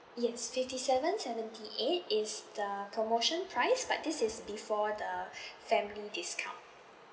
yes fifty seven seventy eight is the promotion price but this is before the family discount